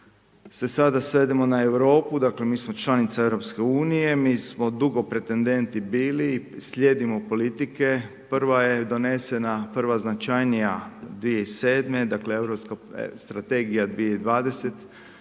se sada svedemo na Europu, dakle mi smo članica Europske unije, mi smo dugo pretendenti bili, slijedimo politike, prva je donesena, prva značajnija 2007., dakle Europska strategija 2020